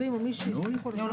על מה